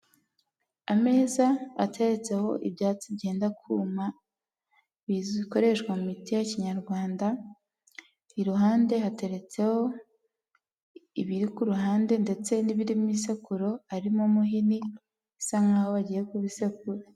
Ameza ateretseho ibyatsi byenda kuma, bikoreshwa miti ya kinyarwanda, iruhande hateretseho ibiri ku ruhande ndetse n'ibiri mu isekuro harimo umuhini, bisa nk'aho bagiye kubisekura.